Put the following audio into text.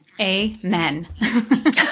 Amen